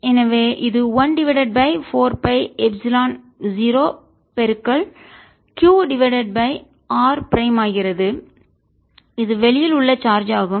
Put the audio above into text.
எனவே இது 1 divided by 4 pi epsilon 0 பெருக்கல் Q divided by r prime ஆகிறது இது வெளியில் உள்ள சார்ஜ் ஆகும்